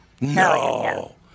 No